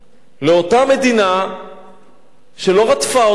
מאותה מדינה שלא רדפה אותם.